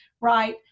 right